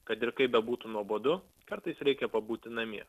kad ir kaip bebūtų nuobodu kartais reikia pabūti namie